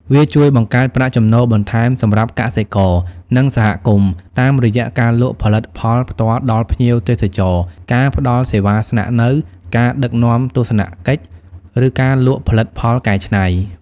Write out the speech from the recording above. វាជួយបង្កើតប្រាក់ចំណូលបន្ថែមសម្រាប់កសិករ និងសហគមន៍ តាមរយៈការលក់ផលិតផលផ្ទាល់ដល់ភ្ញៀវទេសចរ ការផ្តល់សេវាស្នាក់នៅ ការដឹកនាំទស្សនកិច្ច ឬការលក់ផលិតផលកែច្នៃ ។